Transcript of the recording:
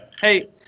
Hey